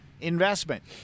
investment